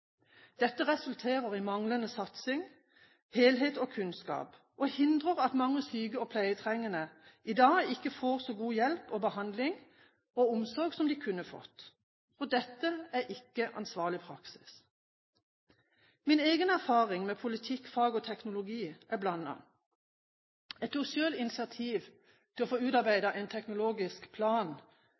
Dette resulterer i manglende satsing, helhet og kunnskap, og hindrer at mange syke og pleietrengende i dag ikke får så god hjelp og behandling og omsorg som de kunne ha fått. Dette er ikke ansvarlig praksis. Min egen erfaring med politikk, fag og teknologi er blandet. Jeg tok selv initiativ til å få utarbeidet en teknologisk plan